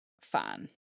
fan